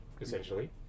essentially